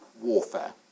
warfare